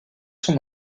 son